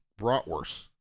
bratwurst